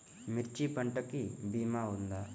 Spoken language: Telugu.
మిర్చి పంటకి భీమా ఉందా?